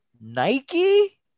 Nike